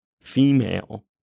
female